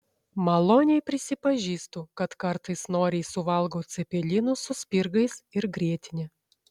maloniai prisipažįstu kad kartais noriai suvalgau cepelinų su spirgais ir grietine